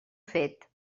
fet